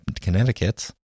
Connecticut